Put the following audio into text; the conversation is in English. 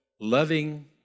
loving